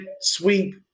sweep